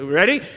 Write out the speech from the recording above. ready